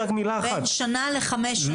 בין שנה לחמש שנים.